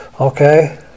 okay